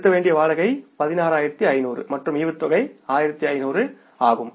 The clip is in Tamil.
செலுத்த வேண்டிய வாடகை 16500 மற்றும் டிவிடெண்ட் 1500 ஆகும்